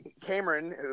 Cameron